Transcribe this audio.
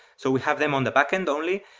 so we have them on the backend only.